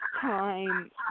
time